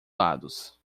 lados